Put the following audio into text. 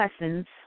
lessons